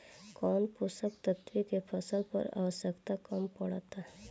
कौन पोषक तत्व के फसल पर आवशयक्ता कम पड़ता?